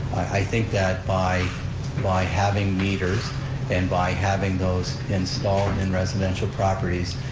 i think that by by having meters and by having those installed in residential properties,